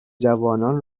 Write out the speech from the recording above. جوانان